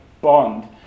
bond